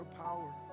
power